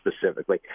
specifically